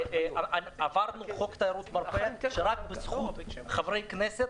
העברנו חוק תיירות מרפא שרק בזכות חברי כנסת